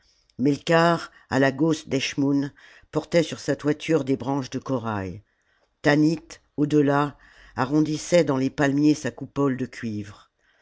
d'or melkarth à la gauche salammbô d'eschmoûn portait sur sa toiture des branches de corail tanit au delà arrondissait dans les palmiers sa coupole de cuivre